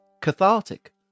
cathartic